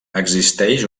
existeix